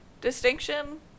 distinction